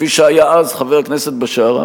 כפי שהיה אז חבר כנסת בשארה,